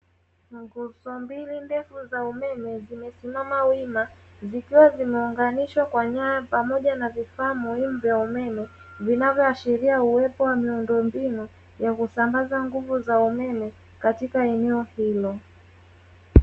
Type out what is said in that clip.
Nguzo mbili ndefu za umeme zimesimama wima zikiwa zimeunganishwa kwa nyaya pamoja na vifaa muhimu vya umeme vinavyoashiria uwepo wa miundombinu ya kusambaza nguvu za umeme katika eneo hilo.